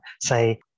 say